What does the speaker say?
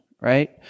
right